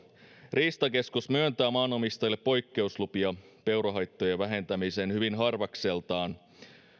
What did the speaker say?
riistakeskus myöntää maanomistajille poikkeuslupia peurahaittojen vähentämiseen hyvin harvakseltaan